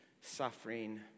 suffering